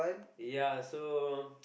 ya so